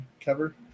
cover